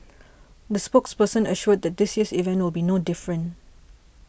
the spokesperson assured that this year's event will be no different